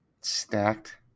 stacked